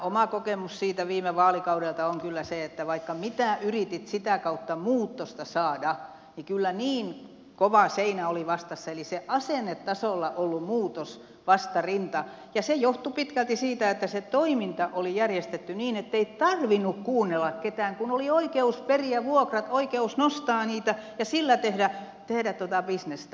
oma kokemukseni viime vaalikaudelta on kyllä se että vaikka mitä yritit sitä kautta muutosta saada niin kyllä niin kova seinä oli vastassa eli se asennetasolla ollut muutosvastarinta ja se johtui pitkälti siitä että se toiminta oli järjestetty niin ettei tarvinnut kuunnella ketään kun oli oikeus periä vuokrat oikeus nostaa niitä ja sillä tehdä bisnestä